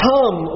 Come